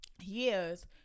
years